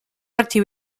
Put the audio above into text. archivo